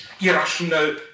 irrational